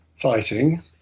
fighting